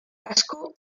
casco